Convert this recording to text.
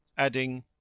adding,